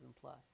plus